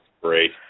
great